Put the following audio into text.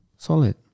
solid